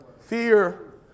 Fear